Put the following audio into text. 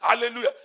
Hallelujah